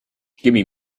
gimme